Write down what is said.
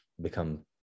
become